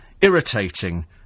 irritating